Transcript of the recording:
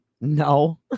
No